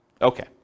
Okay